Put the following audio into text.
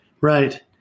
Right